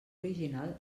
original